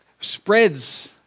spreads